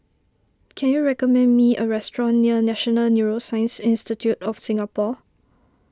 can you recommend me a restaurant near National Neuroscience Institute of Singapore